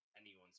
anyone's